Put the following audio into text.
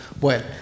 Bueno